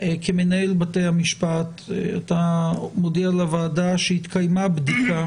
כמנהל בתי המשפט אתה מודיע לוועדה שהתקיימה בדיקה